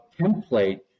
template